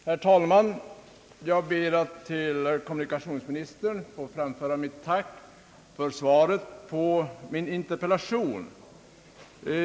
Herr talman! Jag ber att till kommunikationsministern få framföra mitt tack för svaret på interpellationen.